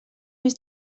més